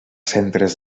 centres